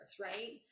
right